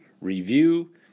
review